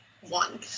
one